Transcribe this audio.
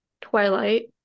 twilight